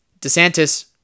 DeSantis